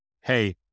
hey